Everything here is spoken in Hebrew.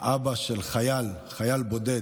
אבא של חייל, חייל בודד,